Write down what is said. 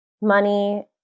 money